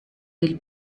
del